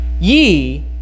Ye